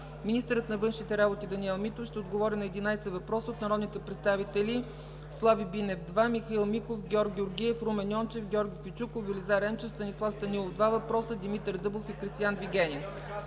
Министърът на външните работи Даниел Митов ще отговори на 11 въпроса от народните представители Слави Бинев (два въпроса); Михаил Миков; Георг Георгиев; Румен Йончев; Георги Кючуков; Велизар Енчев; Станислав Станилов (два въпроса); Димитър Дъбов; и Кристиан Вигенин.